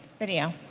video.